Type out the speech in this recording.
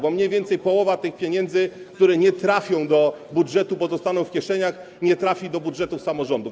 bo mniej więcej połowa tych pieniędzy, które nie trafią do budżetu, bo zostaną w kieszeniach, nie trafi do budżetów samorządów.